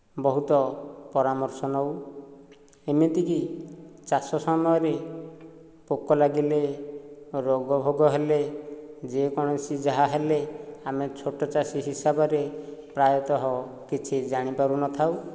ବହୁତ ପରାମର୍ଶ ନେଉ ଏମିତିକି ଚାଷ ସମୟରେ ପୋକ ଲାଗିଲେ ରୋଗ ଫୋଗ ହେଲେ ଯେକୌଣସି ଯାହା ହେଲେ ଆମେ ଛୋଟ ଚାଷୀ ହିସାବରେ ପ୍ରାୟତଃ କିଛି ଜାଣିପାରୁନଥାଉ